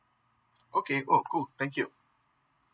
okay oh cool thank you